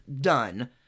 done